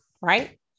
right